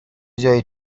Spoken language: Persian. جای